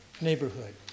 neighborhood